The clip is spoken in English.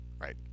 right